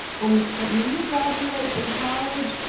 and but and when you graduate from college,